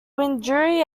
wiradjuri